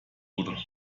wurde